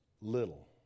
little